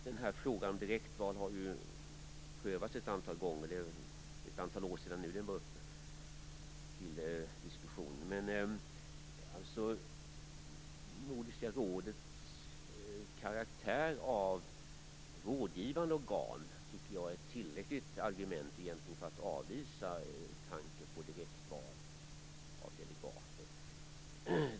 Fru talman! Frågan om direktval har ju prövats ett antal gånger. Nu är det ett antal år sedan som den senast var uppe till diskussion. Nordiska rådets karaktär av rådgivande organ är ett tillräckligt argument för att avvisa tanken på direktval av delegater.